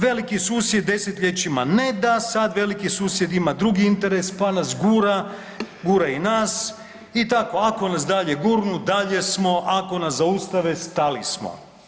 Veliki susjed desetljećima ne da, sad veliki susjed ima drugi interes pa nas gura, gura i nas i tako, ako nas dalje gurnu, dalje smo, ako nas zaustave, stali smo.